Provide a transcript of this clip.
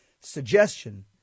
suggestion